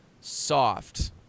soft